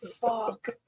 Fuck